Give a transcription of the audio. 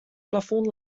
plafond